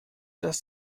dass